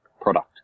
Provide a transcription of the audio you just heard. product